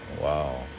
Wow